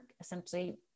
essentially